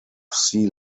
sea